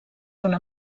una